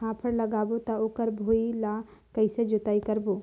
फाफण लगाबो ता ओकर भुईं ला कइसे जोताई करबो?